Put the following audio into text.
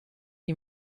die